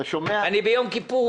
אני ביום כיפור מכה על חטא.